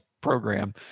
program